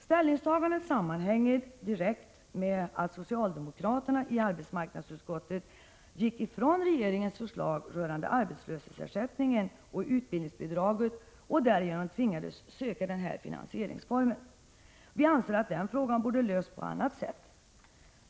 Ställningstagandet sammanhänger direkt med att socialdemokraterna i arbetsmarknadsutskottet gick ifrån regeringens förslag rörande arbetslöshetsersättningen och utbildningsbidraget och därigenom tvingades söka denna finansieringsform. Vi anser att den frågan borde ha lösts på annat sätt.